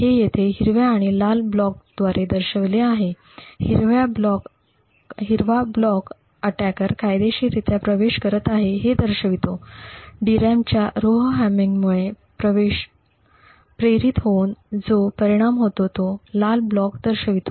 हे येथे हिरव्या आणि लाल ब्लॉकद्वारे दर्शविले आहे हिरव्या ब्लॉक आक्रमणकर्ता कायदेशीररित्या प्रवेश करत आहे हे दर्शवितो DRAM च्या रोहॅमर्मिंगमुळे प्रेरित होऊन जो परिणाम होतो तो लाल ब्लॉक दर्शविते